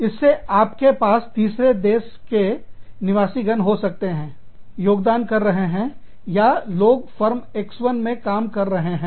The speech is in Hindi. इसी आपके पास तरह तीसरे देश के निवासीगण हो सकते हैं योगदान कर रहे हैं या लोग फर्म X1 में काम कर रहे हैं